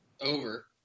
Over